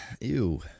Ew